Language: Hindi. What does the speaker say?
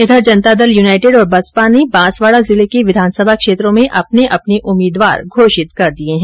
इधर जनता दल यूनाईटेड और बसपा ने बासवाड़ा जिले के विधानसभा क्षेत्रों में अपने अपने उम्मीदवारों की घोषणा कर दी है